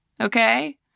Okay